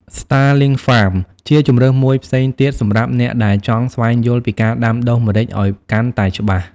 Starling Farm ជាជម្រើសមួយផ្សេងទៀតសម្រាប់អ្នកដែលចង់ស្វែងយល់ពីការដាំដុះម្រេចអោយកាន់តែច្បាស់ ។